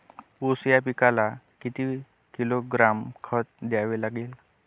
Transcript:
ऊस या पिकाला किती किलोग्रॅम खत द्यावे लागेल?